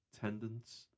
tendons